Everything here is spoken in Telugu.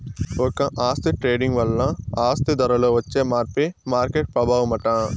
ఒక ఆస్తి ట్రేడింగ్ వల్ల ఆ ఆస్తి ధరలో వచ్చే మార్పే మార్కెట్ ప్రభావమట